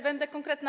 Będę konkretna.